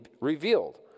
revealed